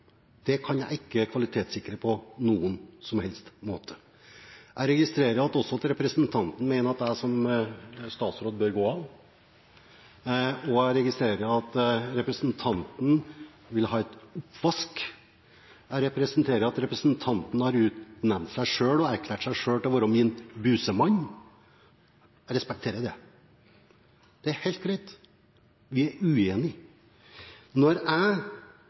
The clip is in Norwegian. det kan jeg ikke kvalitetssikre på noen som helst måte. Jeg registrerer også at representanten mener at jeg som statsråd bør gå av. Og jeg registrerer at representanten vil ha oppvask. Jeg registrerer at representanten har utnevnt seg selv og erklært seg selv til å være min busemann – jeg respekterer det. Det er helt greit, vi er uenige. Når jeg